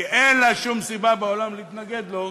כי אין לה שום סיבה בעולם להתנגד לו,